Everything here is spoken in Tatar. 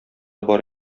бар